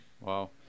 wow